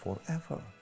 forever